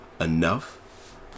enough